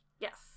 Yes